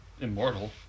immortal